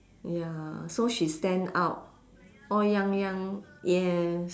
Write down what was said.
ya so she stand out all young young yes